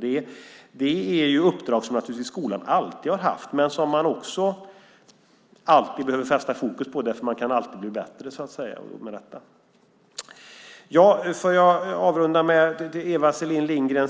Det är naturligtvis uppdrag som skolan alltid har haft men som man också alltid behöver fästa fokus på eftersom man alltid kan bli bättre på detta. Får jag avrunda med att bemöta Eva Selin Lindgren.